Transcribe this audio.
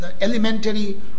elementary